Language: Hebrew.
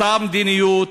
אותה מדיניות,